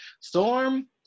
Storm